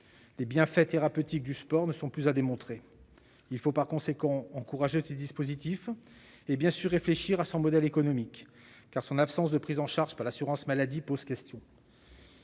Les bienfaits thérapeutiques du sport ne sont plus à démontrer. Il faut par conséquent encourager ce dispositif et, bien sûr, réfléchir à son modèle économique, car son absence de prise en charge par l'assurance maladie pose question.